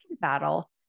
battle